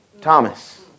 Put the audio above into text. Thomas